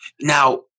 Now